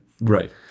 Right